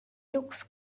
looks